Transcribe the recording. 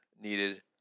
needed